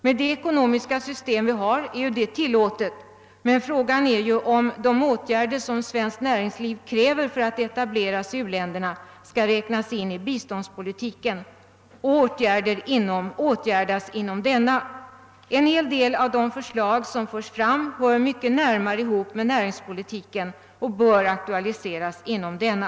Med vårt ekonomiska system är det tillåtet, men fråga är om de åtgärder svenskt näringsliv kräver för att etablera sig i u-länderna skall räknas in i biståndspolitiken och realiseras inom denna. En hel del av de förslag som förts fram hör närmare ihop med näringspolitiken och bör aktualiseras inom denna.